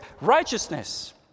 righteousness